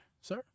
sir